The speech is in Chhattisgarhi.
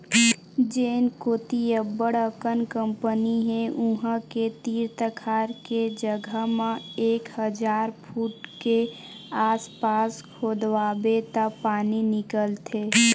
जेन कोती अब्बड़ अकन कंपनी हे उहां के तीर तखार के जघा म एक हजार फूट के आसपास खोदवाबे त पानी निकलथे